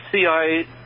CIA